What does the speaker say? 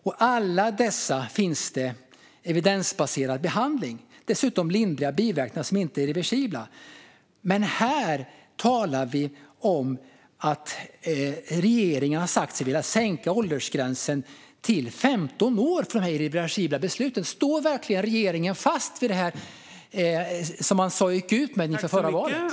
För alla dessa diagnoser finns evidensbaserad behandling - dessutom med lindriga biverkningar som inte är irreversibla. Men här talar vi om att regeringen har sagt sig vilja sänka åldersgränsen till 15 år för detta irreversibla beslut. Står verkligen regeringen fast vid det man gick ut med inför förra valet?